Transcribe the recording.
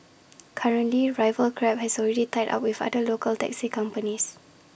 currently rival grab has already tied up with other local taxi companies